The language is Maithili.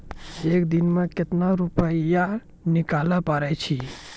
एक दिन मे केतना रुपैया निकाले पारै छी?